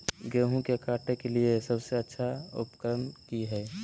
गेहूं के काटे के लिए सबसे अच्छा उकरन की है?